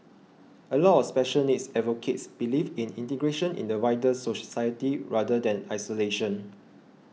a lot of special needs advocates believe in integration in the wider society rather than isolation